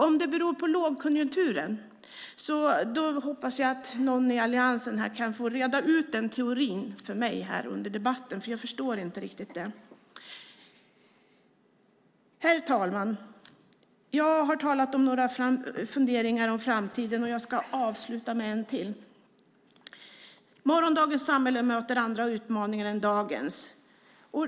Om det beror på lågkonjunkturen hoppas jag att någon i Alliansen kan reda ut teorin för mig under debatten. Jag förstår den inte. Herr talman! Jag har talat om några funderingar om framtiden, och jag ska avsluta med en till fundering. Morgondagens samhälle möter andra utmaningar än dagens.